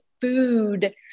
food